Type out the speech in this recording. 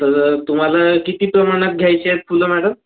तर तुम्हाला किती प्रमाणात घ्यायचे आहेत फुलं मॅडम